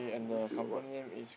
wh~ what